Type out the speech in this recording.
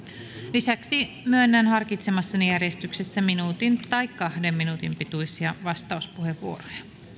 lisäksi myönnän harkitsemassani järjestyksessä minuutin tai kahden minuutin pituisia vastauspuheenvuoroja